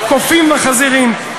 קופים וחזירים.